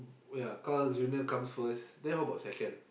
oh ya Carl's Junior comes first then how about second